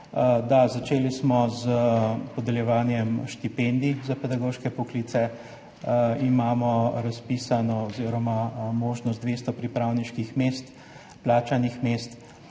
začeli s podeljevanjem štipendij za pedagoške poklice. Imamo možnost 200 pripravniških mest, plačanih mest.